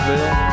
Bill